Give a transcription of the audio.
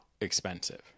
expensive